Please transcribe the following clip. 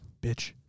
bitch